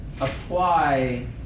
apply